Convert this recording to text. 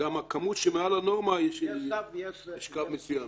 גם לכמות מעל הנורמה יש קו מסוים.